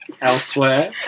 elsewhere